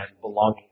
belonging